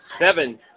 seven